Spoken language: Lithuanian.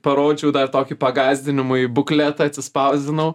parodžiau dar tokį pagąsdinimui bukletą atsispausdinau